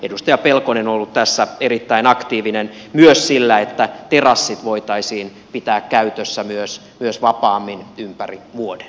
edustaja pelkonen on ollut tässä erittäin aktiivinen myös sillä että terassit voitaisiin pitää käytössä vapaammin ympäri vuoden